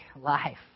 life